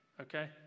Okay